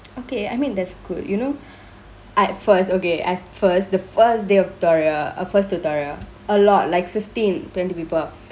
okay I mean that's good you know at first okay at first the first day of tutorial first tutorial a lot like fifteen twenty people